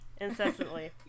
Incessantly